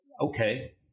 okay